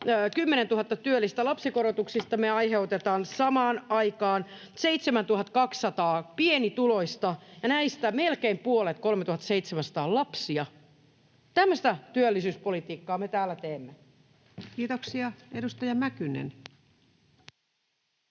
10 000 työllistä lapsikorotuksista, me aiheutetaan pienituloisuus 7 200:lle ja näistä puolet, 3 700, on lapsia. Tämmöistä työllisyyspolitiikkaa me täällä teemme. Kiitoksia. — Edustaja Mäkynen.